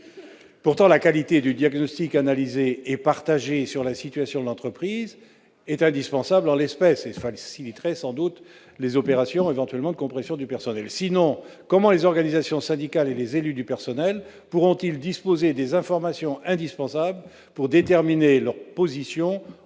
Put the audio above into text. Pourtant, la qualité du diagnostic analysé et partagé sur la situation de l'entreprise est indispensable en l'espèce et faciliterait sans doute les opérations éventuellement de compression du personnel. Sinon, comment les organisations syndicales et les élus du personnel pourront-ils disposer des informations indispensables pour déterminer leur position